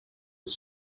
was